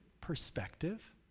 perspective